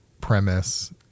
premise